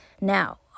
Now